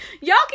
y'all